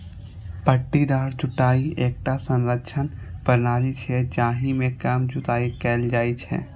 पट्टीदार जुताइ एकटा संरक्षण प्रणाली छियै, जाहि मे कम जुताइ कैल जाइ छै